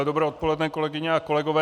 Dobré odpoledne, kolegyně a kolegové.